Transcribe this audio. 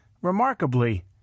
remarkably